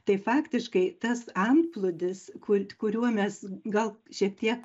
tai faktiškai tas antplūdis kuriuo mes gal šiek tiek